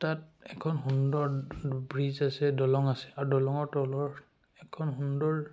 তাত এখন সুন্দৰ ব্ৰিজ আছে দলং আছে আৰু দলঙৰ তলৰ এখন সুন্দৰ